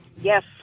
Yes